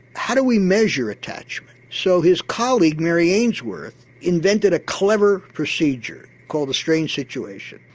how do we measure attachment? so his colleague mary ainsworth invented a clever procedure called the strange situation.